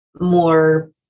more